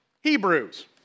Hebrews